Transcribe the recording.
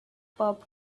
pub